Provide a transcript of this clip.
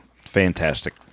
Fantastic